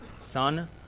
son